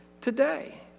Today